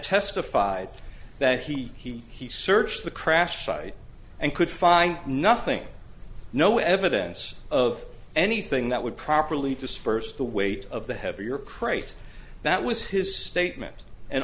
testified that he he he searched the crash site and could find nothing no evidence of anything that would properly disperse the weight of the heavier crate that was his statement and